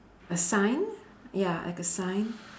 a sign ya like a sign